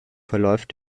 verläuft